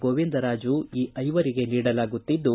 ಗೋವಿಂದರಾಜು ಈ ಐವರಿಗೆ ನೀಡಲಾಗುತ್ತಿದ್ದು